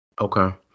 Okay